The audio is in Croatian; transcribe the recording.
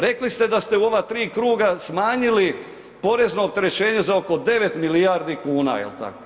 Rekli ste da ste u ova tri kruga smanjili porezno opterećenje za oko 9 milijardi kuna, je li tako?